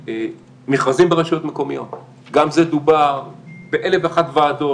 מכרזים ברשויות מקומיות גם זה דובר באלף ואחת ועדות,